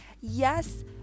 Yes